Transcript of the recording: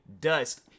dust